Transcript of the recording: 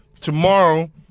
tomorrow